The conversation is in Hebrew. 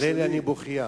על אלה אני בוכייה.